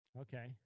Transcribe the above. Okay